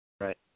right